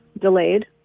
delayed